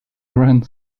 grand